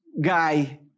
guy